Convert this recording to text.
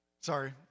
Sorry